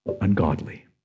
Ungodly